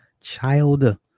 Child